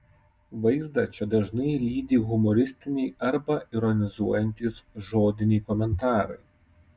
vaizdą čia dažnai lydi humoristiniai arba ironizuojantys žodiniai komentarai